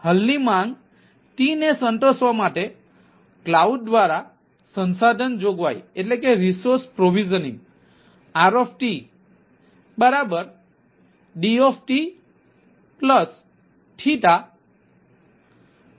હાલની માંગ t ને સંતોષવા માટે ક્લાઉડ દ્વારા સંસાધન જોગવાઈ RDdDdtછે